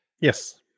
Yes